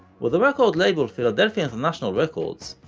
where the record label philadelphia international records,